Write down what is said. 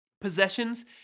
possessions